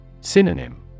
Synonym